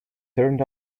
turned